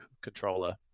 controller